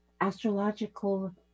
astrological